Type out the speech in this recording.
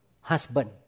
husband